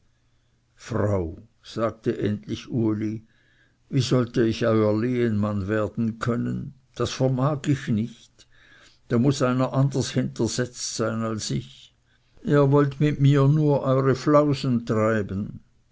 frau sagte endlich uli wie sollte ich euer lehenmann werden können das vermag ich nicht da muß einer anders hintersetzt sein als ich ihr wollt mit mir nur eure flausen treiben